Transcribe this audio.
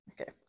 Okay